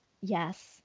yes